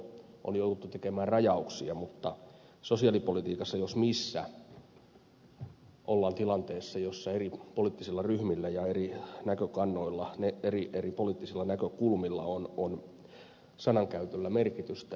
on jouduttu tekemään rajauksia mutta sosiaalipolitiikassa jos missä ollaan tilanteessa jossa eri poliittisilla ryhmillä ja eri näkökannoilla eri poliittisilla näkökulmilla on sanankäytöllä merkitystä